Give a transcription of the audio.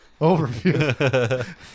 overview